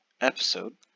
episode